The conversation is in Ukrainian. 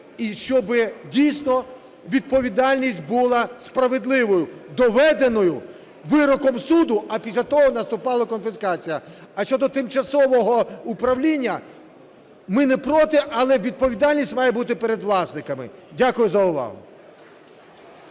і щоб дійсно відповідальність була справедливою, доведеною вироком суду, а після того наступала конфіскація. А щодо тимчасового управління, ми не проти, але відповідальність має бути перед власниками. Дякую за увагу.